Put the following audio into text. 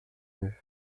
neuf